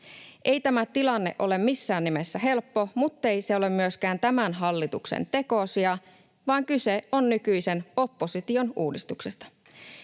Ei tämä tilanne ole missään nimessä helppo, muttei se ole myöskään tämän hallituksen tekosia, vaan kyse on nykyisen opposition uudistuksesta.